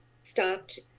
stopped